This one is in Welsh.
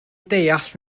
deall